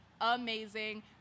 amazing